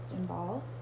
involved